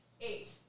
Eight